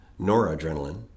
noradrenaline